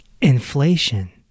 Inflation